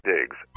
Digs